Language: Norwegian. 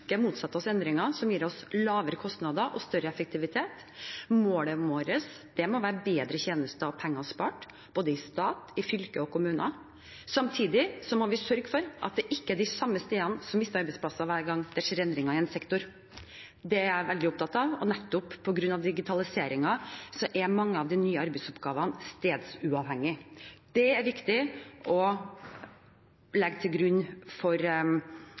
oss endringer som gir lavere kostnader og større effektivitet. Målet vårt må være bedre tjenester og penger spart, både i stat, i fylker og i kommuner. Samtidig må vi sørge for at det ikke er de samme stedene som mister arbeidsplasser hver gang det skjer endringer i en sektor. Det er jeg veldig opptatt av. Nettopp på grunn av digitaliseringen er mange av de nye arbeidsoppgavene stedsuavhengige. Det er viktig å legge til grunn for